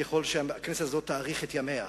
ככל שהכנסת הזו יארכו ימיה,